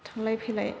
थांलाय फैलाय